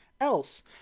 else